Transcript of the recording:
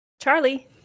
Charlie